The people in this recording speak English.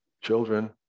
children